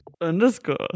underscore